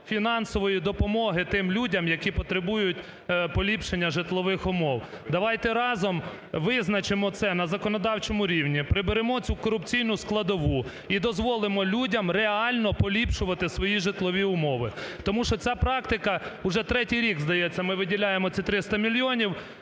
фінансової допомоги тим людям, які потребують поліпшення житлових умов. Давайте разом визначимо це на законодавчому рівні, приберемо цю корупційну складову і дозволимо людям реально поліпшувати свої житлові умови. Тому що ця практика уже третій рік, здається, ми виділяємо ці 300 мільйонів,